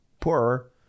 poorer